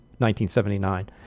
1979